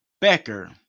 Becker